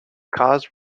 cause